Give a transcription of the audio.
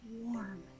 Warm